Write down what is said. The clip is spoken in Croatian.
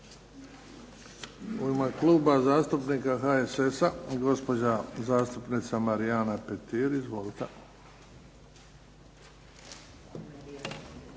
U ime Kluba zastupnika HSS-a gospođa zastupnica Marijana Petir. Izvolite.